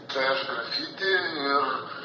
tai aš grafiti ir